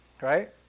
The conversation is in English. right